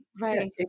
right